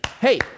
hey